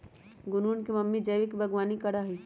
गुनगुन के मम्मी जैविक बागवानी करा हई